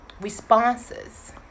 responses